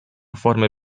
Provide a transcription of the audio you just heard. formy